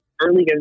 early